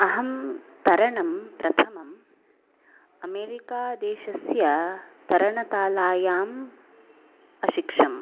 अहं तरणं प्रथमम् अमेरिकादेशस्य तरणतालायाम् अशिक्षम्